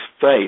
faith